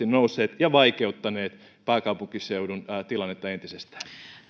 nousseet ja vaikeuttaneet pääkaupunkiseudun tilannetta entisestään